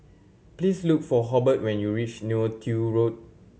please look for Hobert when you reach Neo Tiew Road